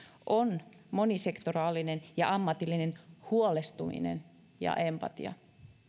on monisektoraalinen ja ammatillinen huolestuminen ja empatia